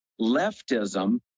leftism